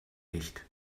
nicht